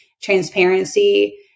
transparency